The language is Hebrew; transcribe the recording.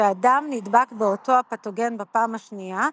כשאדם נדבק באותו הפתוגן בפעם השנייה,